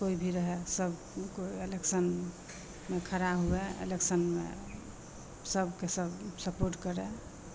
कोइ भी रहै सभ कोइ इलेक्शनमे खड़ा हुए इलेक्शनमे सभकेँ सभ सपोर्ट करै